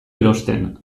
erosten